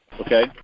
Okay